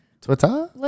Twitter